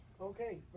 okay